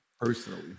personally